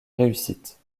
réussite